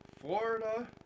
Florida